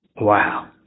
Wow